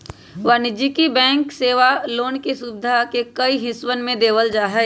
वाणिज्यिक बैंक सेवा मे लोन के सुविधा के कई हिस्सवन में देवल जाहई